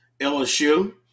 LSU –